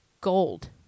Gold